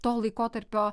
to laikotarpio